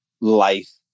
life